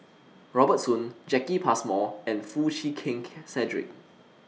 Robert Soon Jacki Passmore and Foo Chee Keng Key Cedric